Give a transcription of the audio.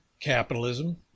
capitalism